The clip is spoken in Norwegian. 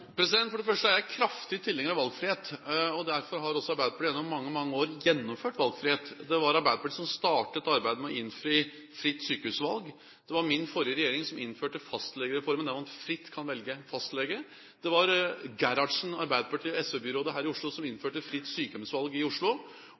For det første er jeg kraftig tilhenger av valgfrihet. Derfor har Arbeiderpartiet gjennom mange år gjennomført valgfrihet. Det var Arbeiderpartiet som startet arbeidet med å innføre fritt sykehusvalg. Det var min forrige regjering som innførte fastlegereformen, der man fritt kan velge fastlege. Det var Gerhardsen, arbeiderparti- og SV-byrådet her i Oslo, som